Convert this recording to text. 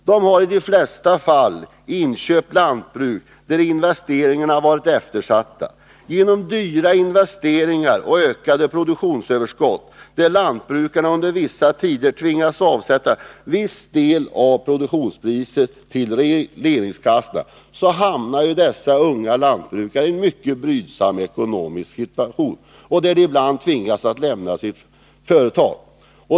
De har i de flesta fall inköpt lantbruk där investeringarna varit eftersatta. Genom dyra investeringar och ökat produktionsöverskott, där lantbrukarna under vissa tider tvingas avsätta en viss del av produktionspriset till regleringskassan, hamnar dessa unga lantbrukare i en mycket brydsam ekonomisk situation och tvingas ibland lämna sitt företag.